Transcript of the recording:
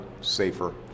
safer